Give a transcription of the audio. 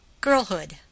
girlhood